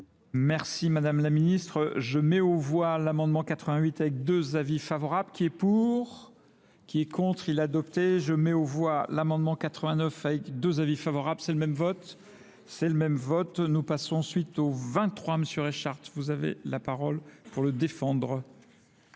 Merci Madame la Ministre. Je mets au voie l'amendement 88 avec deux avis favorables. Qui est pour ? Qui est contre ? Il a adopté. Je mets au voie l'amendement 89 avec deux avis favorables. C'est le même vote ? C'est le même vote. Nous passons ensuite au 23, Monsieur Rechart. Vous avez la parole pour le défendre.